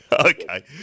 Okay